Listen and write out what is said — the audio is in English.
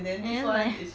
and meh